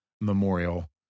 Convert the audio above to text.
memorial